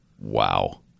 Wow